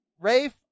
Rafe